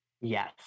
Yes